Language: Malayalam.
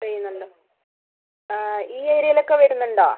ചെയ്യുന്നുണ്ട് ഈ ഏരിയയിലൊക്കെ വരുന്നുണ്ടോ